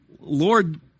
Lord